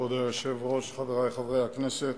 שנתיים בתפקיד